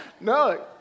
no